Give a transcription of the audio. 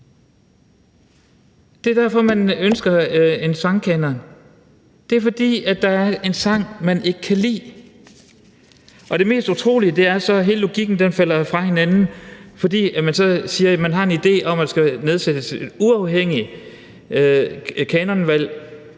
Det er derfor, man ønsker en sangkanon. Det er, fordi der er en sang, man ikke kan lide. Og det mest utrolige er så, at hele logikken falder fra hinanden, fordi man siger, at man har en idé om, at der skal nedsættes et uafhængigt kanonudvalg.